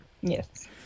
Yes